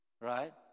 Right